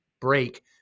break